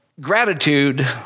Gratitude